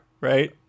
right